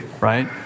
right